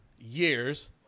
years